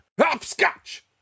Hopscotch